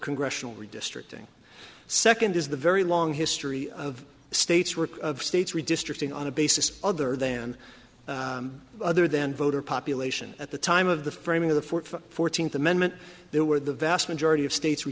congressional redistricting second is the very long history of states work states redistricting on a basis other than other than voter population at the time of the framing of the fourteenth amendment there were the vast majority of states